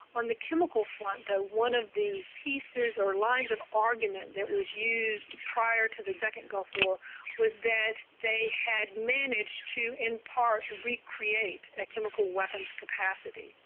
on the chemical front though, one of the pieces or lines of argument that was used prior to the second gulf war was that they had managed to in part recreate a chemical weapons capacity.